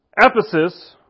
Ephesus